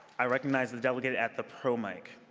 i recognize the delegate at the pro mike.